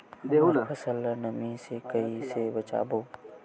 हमर फसल ल नमी से क ई से बचाबो?